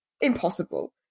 impossible